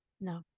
No